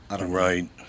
Right